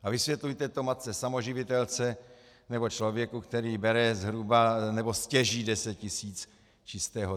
A vysvětlujte to matce samoživitelce nebo člověku, který bere zhruba nebo stěží deset tisíc čistého.